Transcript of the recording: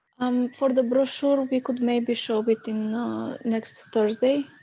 um for the brochure we could maybe show it in next thursday.